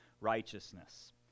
righteousness